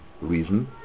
reason